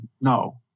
no